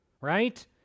right